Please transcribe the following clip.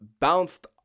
bounced